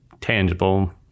tangible